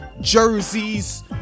jerseys